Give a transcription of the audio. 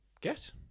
get